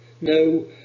no